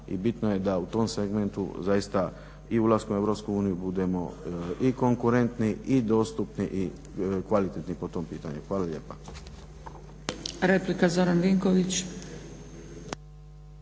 bitno je da u tom segmentu zaista i ulaskom u EU budemo i konkurentni i dostupni i kvalitetni po tom pitanju. Hvala lijepa.